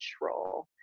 control